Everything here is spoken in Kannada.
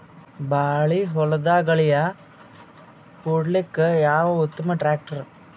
ಬಾಳಿ ಹೊಲದಾಗ ಗಳ್ಯಾ ಹೊಡಿಲಾಕ್ಕ ಯಾವದ ಉತ್ತಮ ಟ್ಯಾಕ್ಟರ್?